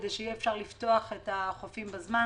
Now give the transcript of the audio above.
כדי שיהיה אפשר לפתוח את החופים בזמן.